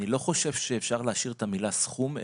אני לא חושב שאפשר להשאיר את המילה סכום,